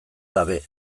gabe